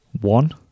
One